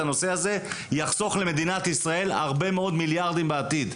הנושא הזה יחסוך למדינת ישראל הרבה מאוד מיליארדים בעתיד.